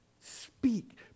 Speak